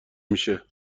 میشه